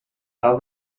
tal